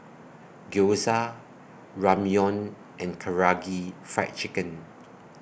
Gyoza Ramyeon and Karaage Fried Chicken